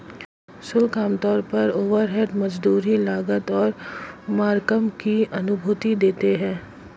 शुल्क आमतौर पर ओवरहेड, मजदूरी, लागत और मार्कअप की अनुमति देते हैं